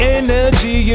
energy